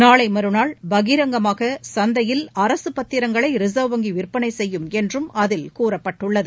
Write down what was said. நாளை மறுநாள் பகிரங்கமாக சந்தையில் அரசு பத்திரங்களை ரிசர்வ் வங்கி விற்பளை செய்யும் என்றும் அதில் கூறப்பட்டுள்ளது